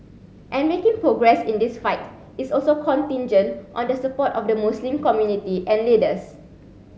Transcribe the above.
and making progress in this fight is also contingent on the support of the Muslim community and leaders